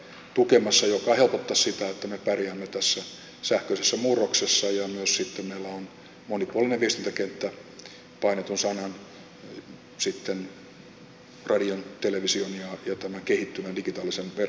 se helpottaisi sitä että me pärjäämme tässä sähköisessä murroksessa ja sitten meillä on myös monipuolinen viestintäkenttä painetun sanan radion television ja tämän kehittyvän digitaalisen verkon kautta